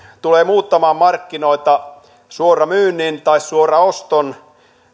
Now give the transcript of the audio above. tulee muuttamaan markkinoita suoramyynnin tai suoraoston